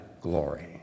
glory